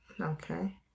Okay